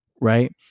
right